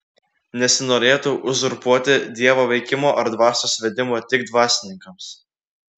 nesinorėtų uzurpuoti dievo veikimo ar dvasios vedimo tik dvasininkams